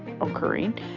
occurring